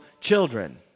children